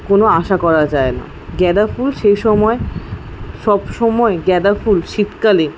কোন আশা করা যায় না গেঁদা ফুল সেই সময় সবসময় গেঁদা ফুল শীতকালে